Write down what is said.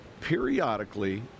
periodically